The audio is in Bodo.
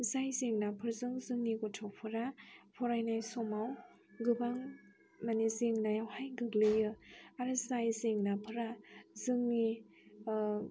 जाय जेंनाफोरजों जोंनि गथ'फोरा फरायनाय समाव गोबां माने जेंनायावहाय गोग्लैयो आरो जाय जेंनाफोरा जोंनि